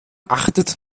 achtet